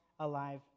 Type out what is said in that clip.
alive